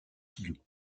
kilos